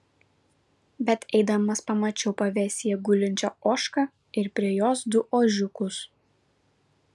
bet eidamas pamačiau pavėsyje gulinčią ožką ir prie jos du ožiukus